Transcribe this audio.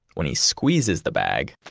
when he squeezes the bag,